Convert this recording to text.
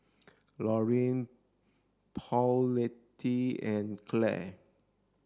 Loree Paulette and Clare